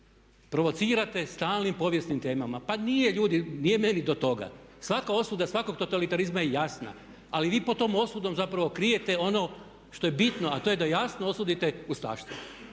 provocirate stalnim povijesnim temama. Pa nije ljudi, nije meni do toga. Svaka osuda, svakog totalitarizma je jasna ali vi pod tom osudom zapravo krijete ono što je bitno a to je da jasno osudite ustaštvo.